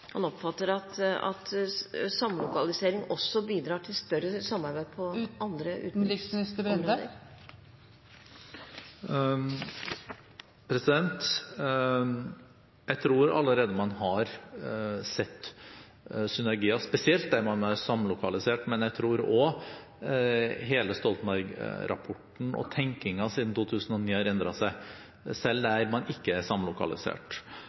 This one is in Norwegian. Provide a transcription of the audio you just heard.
han oppfatter at samlokalisering også bidrar til større samarbeid på andre utenriksområder. Jeg tror allerede man har sett synergier, spesielt der man er samlokalisert, men jeg tror også med hensyn til Stoltenberg-rapporten at hele tenkningen har endret seg siden 2009, selv der man ikke er samlokalisert.